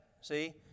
See